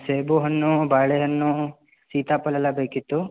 ಸೇಬು ಹಣ್ಣು ಬಾಳೆಹಣ್ಣು ಸೀತಾಫಲ ಎಲ್ಲ ಬೇಕಿತ್ತು